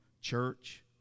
church